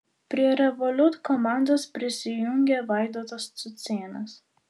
prie revolut komandos prisijungė vaidotas cucėnas